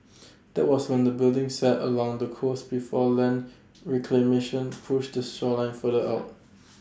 that was when the building sat along the coast before land reclamation push the shoreline further out